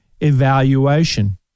evaluation